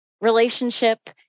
relationship